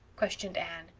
questioned anne.